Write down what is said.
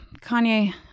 Kanye